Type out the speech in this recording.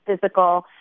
physical